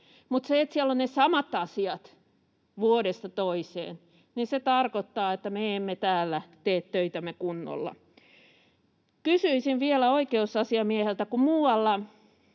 Mutta se, että siellä ovat ne samat asiat vuodesta toiseen, tarkoittaa, että me emme täällä tee töitämme kunnolla. Kysyisin vielä oikeusasiamieheltä: kun muualla